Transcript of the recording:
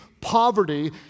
poverty